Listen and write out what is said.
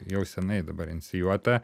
jau senai dabar inicijuota